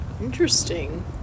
Interesting